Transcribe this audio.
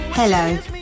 Hello